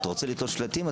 אתה רוצה לתלות שלטים,